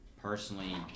personally